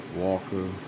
Walker